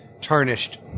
Tarnished